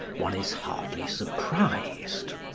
one is hardly surprised.